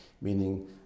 meaning